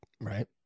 Right